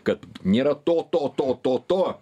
kad nėra to to to to to